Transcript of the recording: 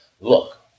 look